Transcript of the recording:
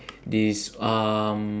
this um